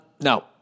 No